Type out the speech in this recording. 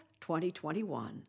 2021